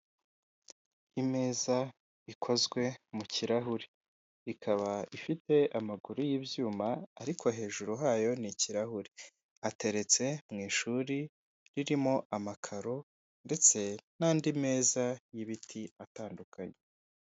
Imeza ikozwe mu kirahure, ikaba ifite amaguru y'ibyuma ariko hejuru hayo ni ikirahure. Ateretse mu ishuri ririmo amakaro ndetse n'andi meza y'ibiti atandukanye.